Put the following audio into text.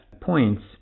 points